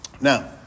Now